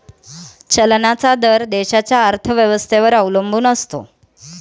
चलनाचा दर देशाच्या अर्थव्यवस्थेवर अवलंबून असतो